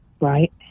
Right